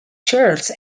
church